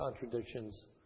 contradictions